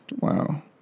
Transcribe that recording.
wow